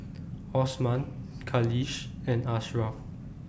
Osman Khalish and Ashraff